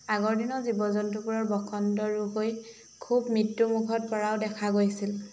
আগৰ দিনত জীৱ জন্তুবোৰৰ বসন্ত ৰোগ হৈ খুব মৃত্যুমুখত পৰাও দেখা গৈছিল